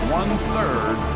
one-third